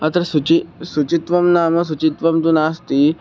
अत्र शुचिः शुचित्वं नाम शुचित्वं तु नास्ति